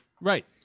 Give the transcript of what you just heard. Right